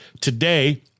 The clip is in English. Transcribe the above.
Today